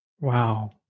Wow